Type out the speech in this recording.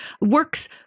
works